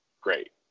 great